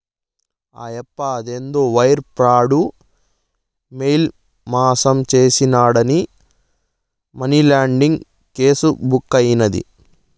ఆయప్ప అదేందో wire fraud, mail మాసం చేసినాడాని మనీలాండరీంగ్ కేసు బుక్కైనాది